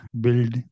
build